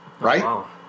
right